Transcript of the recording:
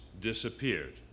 disappeared